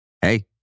hey